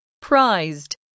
Prized